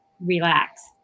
relax